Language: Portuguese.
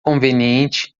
conveniente